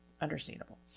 Understandable